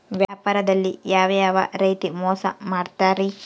ವ್ಯಾಪಾರದಲ್ಲಿ ಯಾವ್ಯಾವ ರೇತಿ ಮೋಸ ಮಾಡ್ತಾರ್ರಿ?